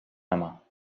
maman